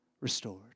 restored